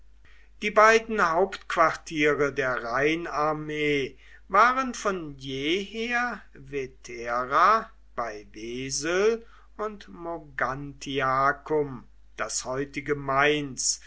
die beiden hauptquartiere der rheinarmee waren von jeher vetera bei wesel und mogontiacum das heutige mainz